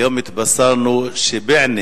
היום התבשרנו שבבענה